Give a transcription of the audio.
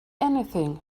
anything